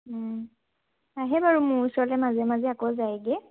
আহে বাৰু মোৰ ওচৰলৈ মাজে মাজে আকৌ যায়গৈ